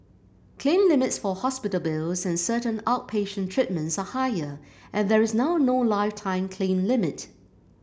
claim limits for hospital bills and certain outpatient treatments are higher and there is now no lifetime claim limit